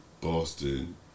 Boston